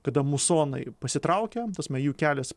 kada musonai pasitraukia ta prasme jų kelias